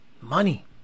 money